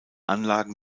anlagen